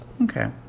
Okay